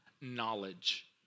knowledge